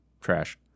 trash